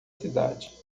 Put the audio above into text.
cidade